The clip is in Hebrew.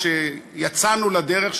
כשיצאנו לדרך,